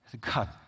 God